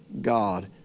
God